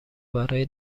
برای